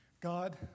God